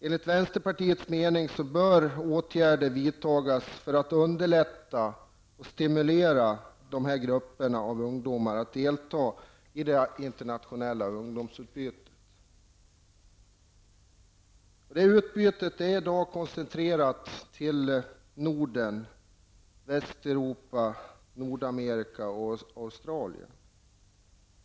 Enligt vänsterpartiets mening bör åtgärder vidtas för att underlätta och stimulera de här grupperna av ungdomar att delta i det internationella ungdomsutbytet. Det utbytet är i dag koncentrerat till Norden, Västeuropa, Nordamerika och Australien.